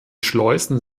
schleusen